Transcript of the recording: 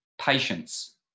patience